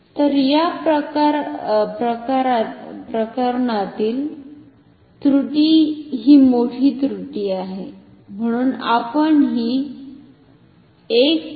तर या प्रकरणातील त्रुटी ही मोठी त्रुटी आहे म्हणून आपण हि 1